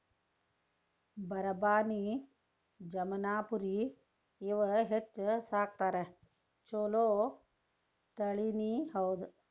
ಬರಬಾನಿ, ಜಮನಾಪುರಿ ಇವ ಹೆಚ್ಚ ಸಾಕತಾರ ಚುಲೊ ತಳಿನಿ ಹೌದ